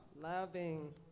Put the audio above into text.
Loving